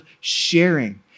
sharing